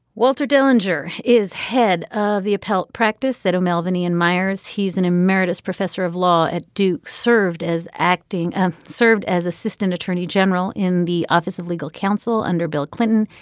walter dellinger is head of the appellate practice at a melbourne ian myers. he's an emeritus professor of law at duke served as acting and served as assistant attorney general in the office of legal counsel under bill clinton.